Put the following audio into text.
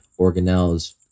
organelles